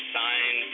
sign